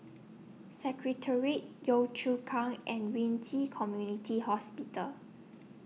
Secretariat Yio Chu Kang and Ren Ci Community Hospital